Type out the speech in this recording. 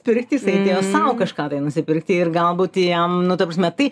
pirkti jisai atėjo sau kažką tai nusipirkti ir galbūt jam nu ta prasme tai